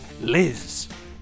Liz